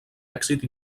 èxit